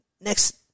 next